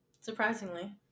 surprisingly